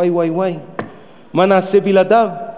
וואי, וואי, וואי, מה נעשה בלעדיו?